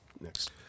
next